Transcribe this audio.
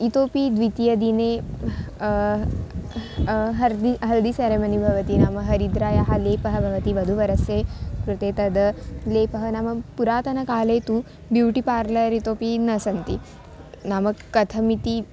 इतोऽपि द्वितीयदिने हर्दि हल्दि सेरेमनि भवति नाम हरिद्रायाः लेपः भवति वधुवरयोः कृते तद् लेपः नाम पुरातनकाले तु ब्यूटि पार्लर् इतोऽपि न सन्ति नाम कथमिति